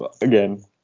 again